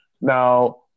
now